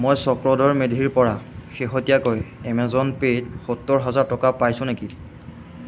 মই চক্ৰধৰ মেধিৰপৰা শেহতীয়াকৈ এমেজন পে'ত সত্তৰ হাজাৰ টকা পাইছোঁ নেকি